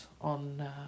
on